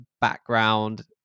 background